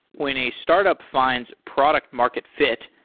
when a startup finds product market fit,